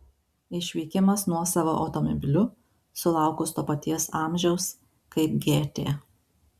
išvykimas nuosavu automobiliu sulaukus to paties amžiaus kaip gėtė